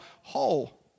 whole